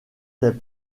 des